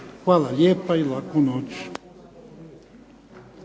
Hvala lijepa i laku noć.